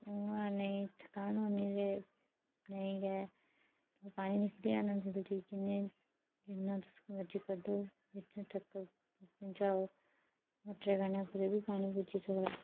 उ'आं नेईं थकान होनी ते नेईं गै पानी निकली आना जल्दी किन्ने जिन्ना तुस मर्ज़ी कड्ढो जित्थें तक पजाओ मोटरै कन्नै कुदै बी पानी पुज्जी सकदा